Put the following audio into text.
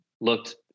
Looked